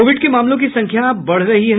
Covid के मामलों की संख्या बढ़ रही है